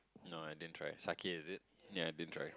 no I didn't try sake is it ya I didn't try